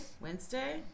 Wednesday